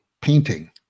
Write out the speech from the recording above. painting